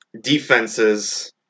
defenses